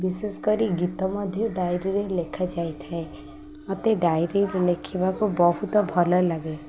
ବିଶେଷ କରି ଗୀତ ମଧ୍ୟ ଡାଇରୀରେ ଲେଖାଯାଇ ଥାଏ ମୋତେ ଡାଇରୀରେ ଲେଖିବାକୁ ବହୁତ ଭଲ ଲାଗେ